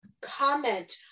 comment